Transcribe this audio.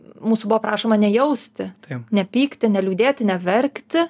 mūsų buvo prašoma nejausti nepykti neliūdėti neverkti